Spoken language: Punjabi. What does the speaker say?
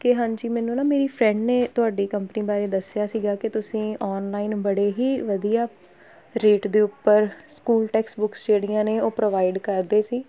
ਕਿ ਹਾਂਜੀ ਮੈਨੂੰ ਨਾ ਮੇਰੀ ਫਰੈਂਡ ਨੇ ਤੁਹਾਡੀ ਕੰਪਨੀ ਬਾਰੇ ਦੱਸਿਆ ਸੀਗਾ ਕਿ ਤੁਸੀਂ ਔਨਲਾਈਨ ਬੜੇ ਹੀ ਵਧੀਆ ਰੇਟ ਦੇ ਉੱਪਰ ਸਕੂਲ ਟੈਕਸ ਬੁੱਕਸ ਜਿਹੜੀਆਂ ਨੇ ਉਹ ਪ੍ਰੋਵਾਈਡ ਕਰਦੇ ਸੀ